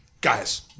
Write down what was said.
guys